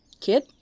Kid